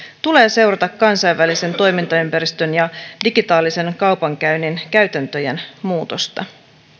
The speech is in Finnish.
tulee seurata kansainvälisen toimintaympäristön ja digitaalisen kaupankäynnin käytäntöjen muutosta